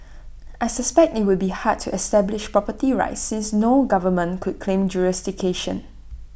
I suspect IT would be hard to establish property rights since no government could claim jurisdiction